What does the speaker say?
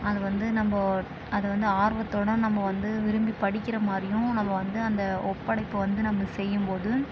அது வந்து நம்ம அது வந்து ஆர்வத்தோடு நம்ம வந்து விரும்பி படிக்கிற மாதிரியும் நம்ம வந்து அந்த ஒப்படைப்பை வந்து நம்ம செய்யும்போது